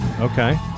okay